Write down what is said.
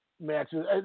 matches